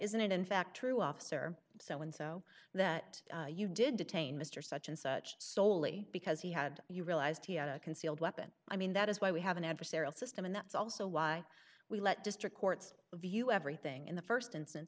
isn't in fact true officer so and so that you did detain mr such and such soley because he had you realized he had a concealed weapon i mean that is why we have an adversarial system and that's also why we let district courts view everything in the st in